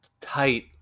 tight